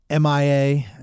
MIA